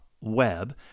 web